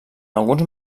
alguns